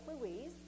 Louise